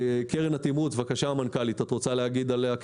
קרן התמרוץ בבקשה המנכ"לית, את רוצה לדבר עליה?